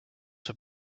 sur